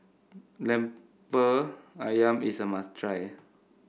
Lemper ayam is a must try